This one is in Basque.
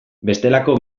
bestelako